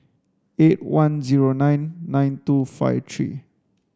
eight one zero nine nine two five three